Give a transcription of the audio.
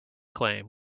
claim